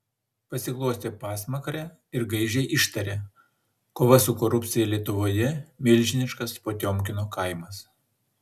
pasiglostė pasmakrę ir gaižiai ištarė kova su korupcija lietuvoje milžiniškas potiomkino kaimas